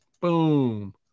Boom